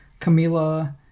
camila